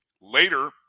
later